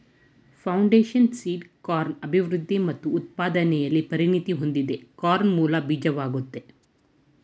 foundation seed corn ಅಭಿವೃದ್ಧಿ ಮತ್ತು ಉತ್ಪಾದನೆಲಿ ಪರಿಣತಿ ಹೊಂದಿದೆ ಕಾರ್ನ್ ಮೂಲ ಬೀಜವಾಗಯ್ತೆ